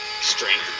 strength